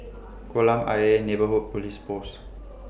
Kolam Ayer Neighbourhood Police Post